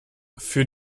für